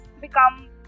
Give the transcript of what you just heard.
become